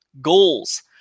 Goals